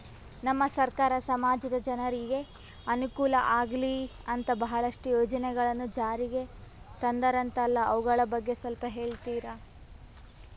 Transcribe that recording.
ನಮ್ಮ ಸರ್ಕಾರ ಸಮಾಜದ ಜನರಿಗೆ ಅನುಕೂಲ ಆಗ್ಲಿ ಅಂತ ಬಹಳಷ್ಟು ಯೋಜನೆಗಳನ್ನು ಜಾರಿಗೆ ತಂದರಂತಲ್ಲ ಅವುಗಳ ಬಗ್ಗೆ ಸ್ವಲ್ಪ ಹೇಳಿತೀರಾ?